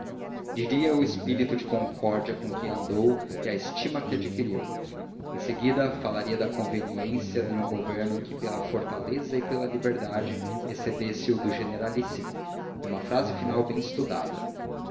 diria o espírito de concórdia com que andou e a estima que adquiriu em seguida falaria da conveniência de um governo que pela fortaleza e pela liberdade excedesse o do generalíssimo e uma frase final bem estudada